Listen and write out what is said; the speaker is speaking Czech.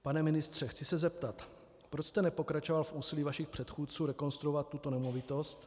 Pane ministře, chci se zeptat, proč jste nepokračoval v úsilí vašich předchůdců rekonstruovat tuto nemovitost.